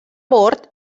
bord